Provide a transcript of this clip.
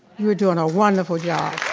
you're doing a wonderful job.